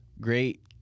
great